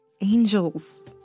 Angels